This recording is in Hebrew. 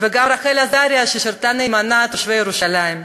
וגם רחל עזריה, ששירתה נאמנה את תושבי ירושלים.